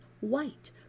white